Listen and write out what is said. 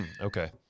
Okay